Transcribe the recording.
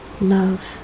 love